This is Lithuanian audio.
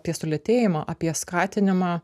apie sulėtėjimą apie skatinimą